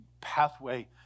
pathway